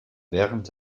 während